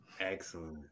Excellent